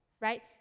Right